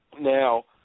Now